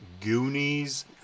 Goonies